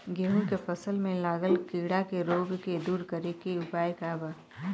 गेहूँ के फसल में लागल कीड़ा के रोग के दूर करे के उपाय का बा?